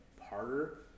harder